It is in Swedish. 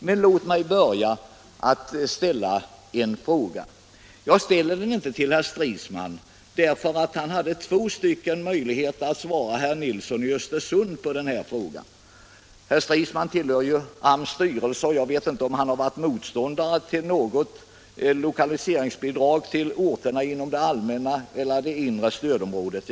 Men låt mig börja med att ställa en fråga. Jag ställer den inte till herr Stridsman, för han hade två möjligheter att svara herr Nilsson i Östersund på samma fråga — herr Stridsman tillhör ju styrelsen för AMS, och jag vet inte om han har varit motståndare till något lokaliseringsbidrag till orterna inom det allmänna eller det inre stödområdet.